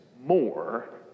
more